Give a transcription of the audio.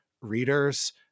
readers